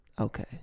okay